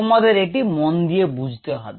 তোমাদের এটি মন দিয়ে বুঝতে হবে